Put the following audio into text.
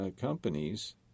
companies